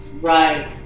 right